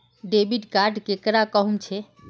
Debit card केकरा कहुम छे?